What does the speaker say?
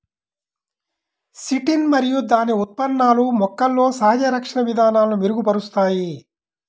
chitin మరియు దాని ఉత్పన్నాలు మొక్కలలో సహజ రక్షణ విధానాలను మెరుగుపరుస్తాయి